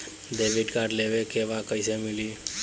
Debit card लेवे के बा कईसे मिली?